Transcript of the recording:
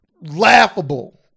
laughable